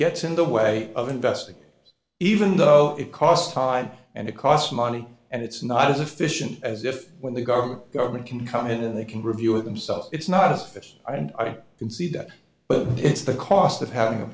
gets in the way of investing even though it cost time and it costs money and it's not as efficient as if when the government government can come in and they can review it themselves it's not just that i can see that but it's the cost of having a